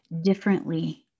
differently